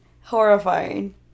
Horrifying